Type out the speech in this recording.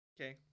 Okay